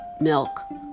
milk